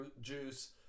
juice